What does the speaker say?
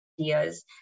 ideas